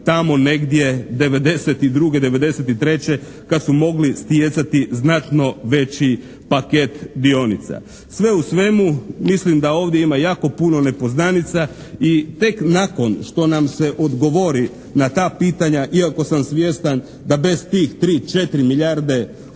tamo negdje 1992., 1993. kad su mogli stjecati znatno veći paket dionica. Sve u svemu mislim da ovdje ima jako puno nepoznanica i tek nakon što nam se odgovori na ta pitanja iako sam svjestan da bez tih 3, 4 milijarde